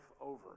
over